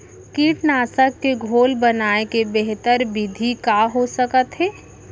कीटनाशक के घोल बनाए के बेहतर विधि का हो सकत हे?